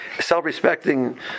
self-respecting